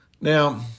Now